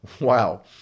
Wow